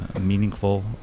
meaningful